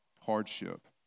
hardship